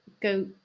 go